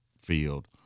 field